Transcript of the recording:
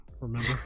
Remember